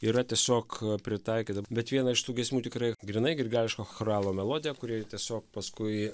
yra tiesiog pritaikyta bet vieną iš tų giesmių tikrai grynai grigališko choralo melodija kuri tiesiog paskui